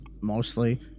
mostly